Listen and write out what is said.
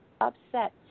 upset